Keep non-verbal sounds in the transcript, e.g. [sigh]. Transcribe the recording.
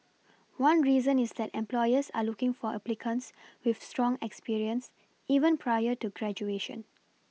[noise] one reason is that employers are looking for applicants with strong experience even prior to graduation